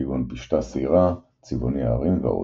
כגון פשתה שעירה, צבעוני ההרים, ועוד.